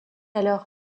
alors